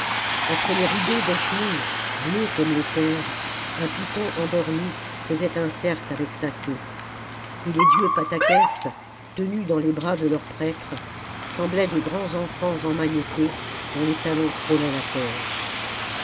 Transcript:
entre les rideaux d'eschmovm bleus comme l'éther un python endormi faisait un cercle avec sa queue et les dieux patœques tenus dans les bras de leurs prêtres semblaient de grands enfants emmaillotés dont les talons frôlaient la terre